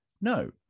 no